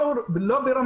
כל זה עוד לפני